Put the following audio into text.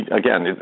again